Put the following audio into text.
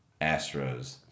Astros